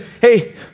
hey